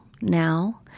now